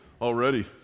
already